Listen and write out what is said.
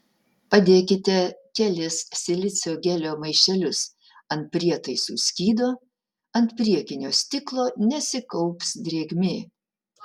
padėkite kelis silicio gelio maišelius ant prietaisų skydo ant priekinio stiklo nesikaups drėgmė